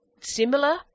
similar